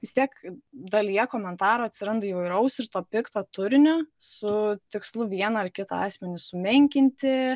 vis tiek dalyje komentarų atsiranda įvairaus ir to pikto turinio su tikslu vieną ar kitą asmenį sumenkinti